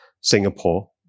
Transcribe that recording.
Singapore